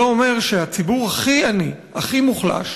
זה אומר שהציבור הכי עני, הכי מוחלש,